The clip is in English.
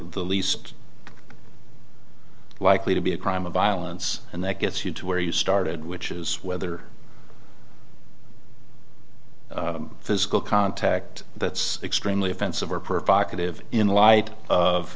the least likely to be a crime of violence and that gets you to where you started which is whether physical contact that's extremely offensive or provocative in light of